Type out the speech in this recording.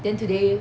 then today